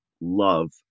love